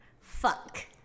fuck